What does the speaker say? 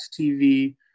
TV